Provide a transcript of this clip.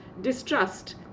distrust